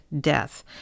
death